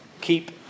keep